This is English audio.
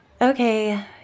Okay